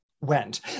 went